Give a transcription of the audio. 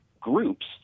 groups